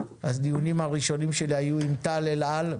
הדיונים הראשונים שלי היו עם טל אלעל,